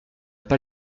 pas